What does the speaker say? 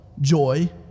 joy